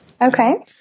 Okay